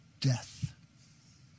death